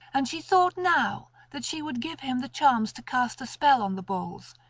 and she thought now that she would give him the charms to cast a spell on the bulls,